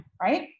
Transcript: right